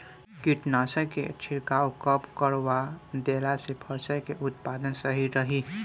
कीटनाशक के छिड़काव कब करवा देला से फसल के उत्पादन सही रही?